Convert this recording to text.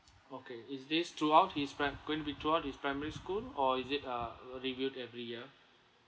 okay is this throughout his pri~ going to be throughout his primary school or is it uh r~ reviewed every year